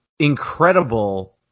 incredible